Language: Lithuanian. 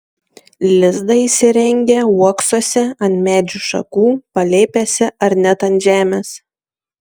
lizdą įsirengia uoksuose ant medžių šakų palėpėse ar net ant žemės